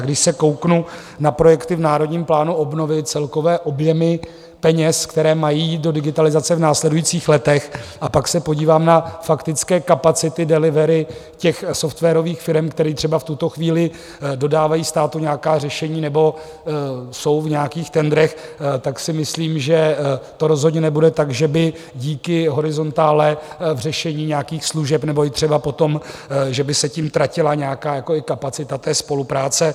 Když se kouknu na projekty v Národním plánu obnovy celkové objemy peněz, které mají jít do digitalizace v následujících letech a pak se podívám na faktické kapacity delivery softwarových firem, které třeba v tuto chvíli dodávají státu nějaká řešení nebo jsou v nějakých tendrech, tak si myslím, že to rozhodně nebude tak, že by díky horizontále v řešení nějakých služeb, nebo i třeba potom, že by se tím tratila nějaká kapacita spolupráce.